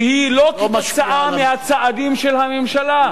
שהיא לא כתוצאה מהצעדים של הממשלה.